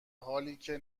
حالیکه